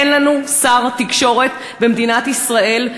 אין לנו שר תקשורת במדינת ישראל,